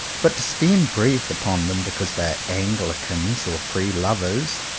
but to spend breath upon them because they are anglicans, or free-lovers,